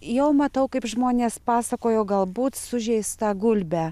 jau matau kaip žmonės pasakojo galbūt sužeistą gulbę